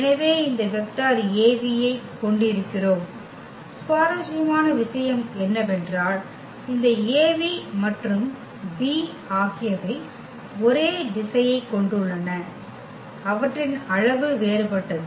எனவே இந்த vector Av ஐக் கொண்டிருக்கிறோம் சுவாரஸ்யமான விஷயம் என்னவென்றால் இந்த Av மற்றும் v ஆகியவை ஒரே திசையைக் கொண்டுள்ளன அவற்றின் அளவு வேறுபட்டது